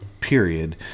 period